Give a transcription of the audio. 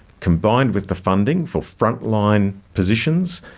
combined with the funding for frontline positions,